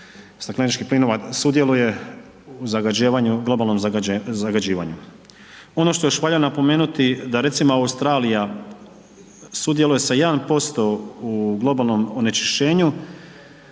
stakleničkih plinova sudjeluje u zagađivanju, globalnom zagađivanju. Ono što još valja napomenuti da recimo Australija sudjeluje sa 1% u globalnom onečišćenju